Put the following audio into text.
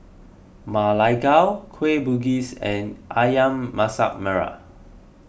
Ma Lai Gao Kueh Bugis and Ayam Masak Merah